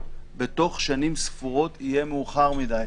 בתוך שנים ספורות יהיה מאוחר מדי.